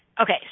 okay